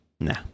nah